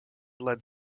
lead